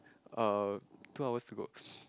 uh two hours to go